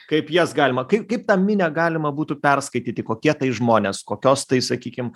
kaip jas galima kaip kaip tą minią galima būtų perskaityti kokie tai žmonės kokios tai sakykim